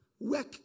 Work